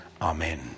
Amen